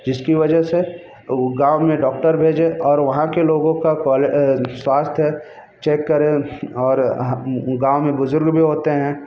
जिसकी वजह से गाँव में डॉक्टर भेजें और वहाँ के लोगों स्वास्थ्य चेक करें और गाँव में बुजुर्ग भी होते हैं